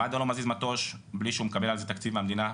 מד"א לא מזיז מטוש בלי שהוא מקבל על זה תקציב מהמדינה,